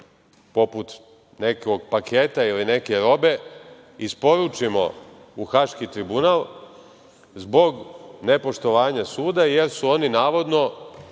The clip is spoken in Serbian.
poput nekog paketa ili neke robe isporučimo u Haški tribunal zbog nepoštovanja suda, jer su oni, navodno,